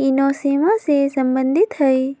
इ नेसोमा से सम्बन्धित हइ